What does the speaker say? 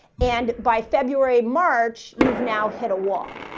and by february, march, you've now hit a wall.